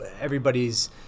everybody's